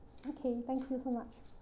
okay thank you so much